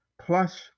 plus